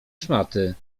szmaty